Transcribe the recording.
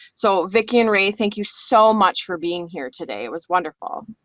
so, vicki and ray thank you so much for being here today. it was wonderful.